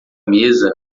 mesa